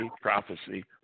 prophecy